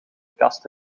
kast